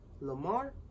Lamar